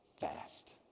fast